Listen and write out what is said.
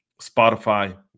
Spotify